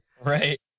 Right